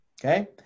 okay